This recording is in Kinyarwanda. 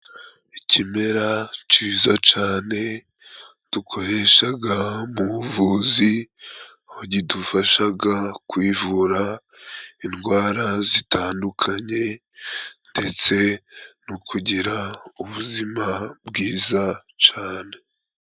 Ikimera ciza cane, dukoreshaga mu buvuzi, kidufashaga kwivura indwara zitandukanye ndetse no kugira ubuzima bwiza cane.